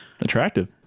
Attractive